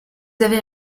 avez